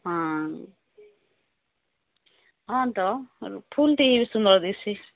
ହଁ ହଁ ତ ଫୁଲଟି ସୁନ୍ଦର ଦିଶୁଛି